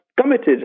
committed